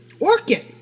Orchid